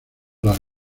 las